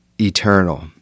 eternal